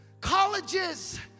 colleges